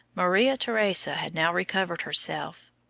maria theresa had now recovered herself.